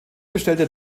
bestellte